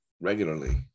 regularly